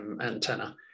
antenna